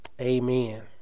Amen